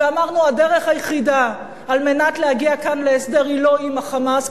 ואמרנו שהדרך היחידה להגיע כאן להסדר היא לא עם ה"חמאס",